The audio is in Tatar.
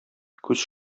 күз